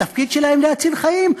התפקיד שלהם להציל חיים,